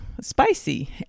spicy